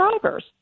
drivers